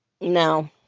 No